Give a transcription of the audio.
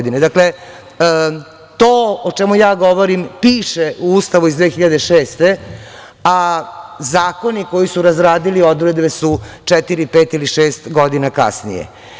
Dakle, to o čemu govorim piše u Ustavu iz 2006. godine, a zakoni koji su razradili odredbe su četiri, pet ili šest godina kasnije.